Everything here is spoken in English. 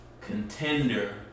Contender